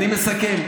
אני מסכם.